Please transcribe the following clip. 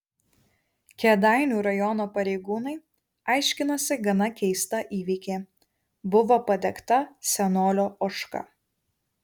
kėdainių rajono pareigūnai aiškinosi gana keistą įvykį buvo padegta senolio ožka